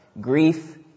grief